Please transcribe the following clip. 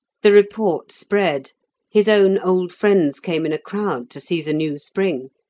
the report spread his own old friends came in a crowd to see the new spring,